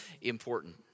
important